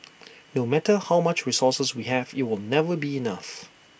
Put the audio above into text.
no matter how much resources we have IT will never be enough